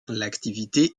l’activité